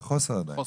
בחוסר עדיין.